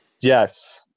yes